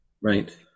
right